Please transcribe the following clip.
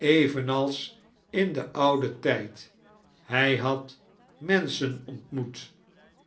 evenals in den ouden tdjd hij had menschen ontaioet